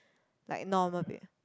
like normal pay